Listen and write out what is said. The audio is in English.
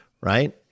right